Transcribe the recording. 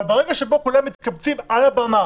אבל ברגע שבו כולם מתקבצים על הבמה